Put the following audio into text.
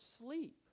sleep